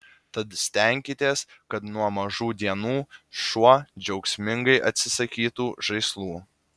tad stenkitės kad nuo mažų dienų šuo džiaugsmingai atsisakytų žaislų